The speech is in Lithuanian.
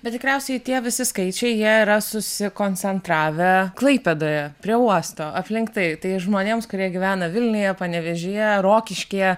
bet tikriausiai tie visi skaičiai jie yra susikoncentravę klaipėdoje prie uosto aplink tai tai žmonėms kurie gyvena vilniuje panevėžyje rokiškyje